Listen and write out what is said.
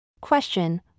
Question